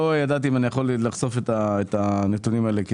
לא ידעתי אם אני יכול לחשוף את הנתונים האלה.